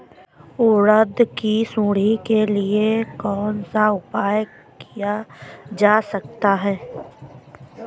उड़द की सुंडी के लिए कौन सा उपाय किया जा सकता है?